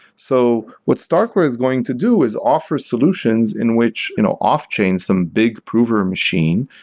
so what starkware is going to do is offer solutions in which you know off-chain, some big prover machine,